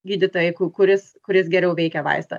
gydytojai kuris kuris geriau veikia vaistą